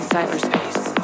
cyberspace